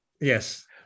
Yes